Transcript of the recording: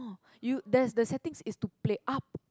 um you there's the settings is to play up